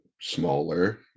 smaller